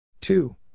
Two